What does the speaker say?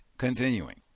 Continuing